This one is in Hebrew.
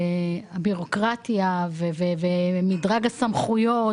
הבירוקרטיה ומדרג הסמכויות